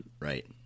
Right